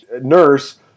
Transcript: nurse